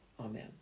Amen